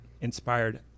inspired